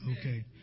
Okay